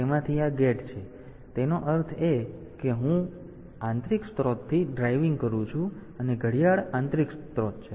તેથી તેનો અર્થ એ કે હું આંતરિક સ્ત્રોતથી ડ્રાઇવિંગ કરું છું અને ઘડિયાળ આંતરિક સ્ત્રોત છે